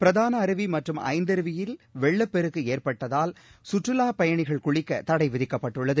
பிரதான அருவி மற்றும் ஐந்தருவியில் வெள்ளப்பெருக்கு ஏற்பட்டதால் சுற்றுலாப் பயணிகள் குளிக்க தடை விதிக்கப்பட்டுள்ளது